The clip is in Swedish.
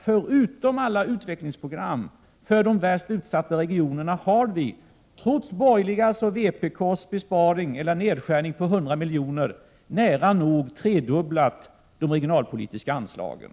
Förutom alla utvecklingsprogram för de värst utsatta regionerna har vi, trots de borgerligas och vpk:s nedskärning på 100 milj.kr., nära nog tredubblat de regionalpolitiska anslagen.